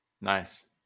Nice